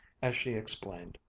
as she explained,